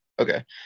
okay